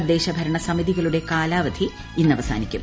തദ്ദേശ ഭരണ സമിതികളുട്ട് ക്യാലാവധി ഇന്ന് അവസാനിക്കും